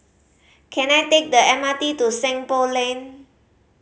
can I take the M R T to Seng Poh Lane